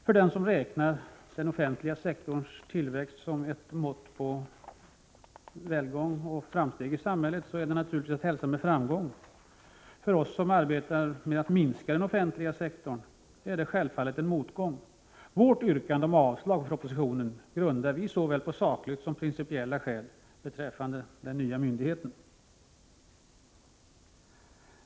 För dem som räknar den offentliga sektorns tillväxt som ett mått på välfärd och framsteg i samhället är detta naturligtvis ett tecken på framgång. För oss som arbetar för att minska den offentliga sektorn är det emellertid en motgång. Vårt yrkande om avslag på propositionen grundar vi på såväl sakliga som principiella skäl beträffande den nya myndigheten.